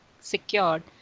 secured